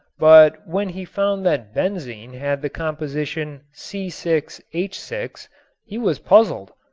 but when he found that benzene had the compostion c six h six he was puzzled.